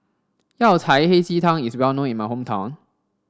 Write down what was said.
Yao Cai Hei Ji Tang is well known in my hometown